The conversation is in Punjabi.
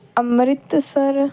ਅੰਮ੍ਰਿਤਸਰ